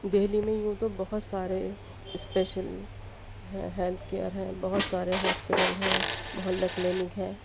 دہلی میں یوں تو بہت سارے اسپیشل ہیلتھ کیئر ہیں بہت سارے ہاسپٹل ہیں محلہ کلینک ہے